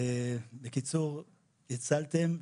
בקיצור: הצלתם,